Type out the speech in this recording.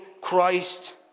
Christ